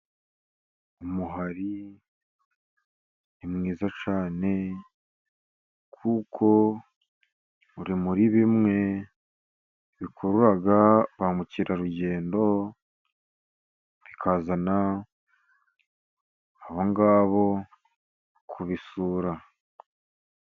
Umuhari ni mwiza cyane kuko uri muri bimwe bikurura ba mukerarugendo, bikazana abo ngabo kubisura.